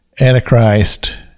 antichrist